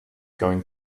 going